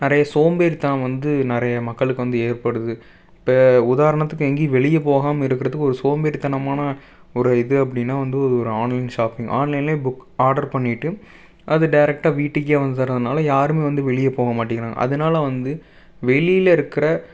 நிறைய சோம்பேறித்தனம் வந்து நிறைய மக்களுக்கு வந்து ஏற்படுது இப்போ உதாரணத்துக்கு எங்கேயும் வெளியயே போகாமல் இருக்கிறதுக்கு ஒரு சோம்பேறித்தனமான ஒரு இது அப்படின்னா வந்து ஒரு ஆன்லைன் ஷாப்பிங் ஆன்லைன்லேயே புக் ஆர்டர் பண்ணிவிட்டு அது டேரக்டாக வீட்டுக்கே வந்துடறதுனால யாருமே வந்து வெளியே போக மாட்டேங்குறாங்க அதனால் வந்து வெளியிலருக்கற